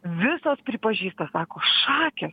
visos pripažįsta sako šakės